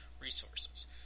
resources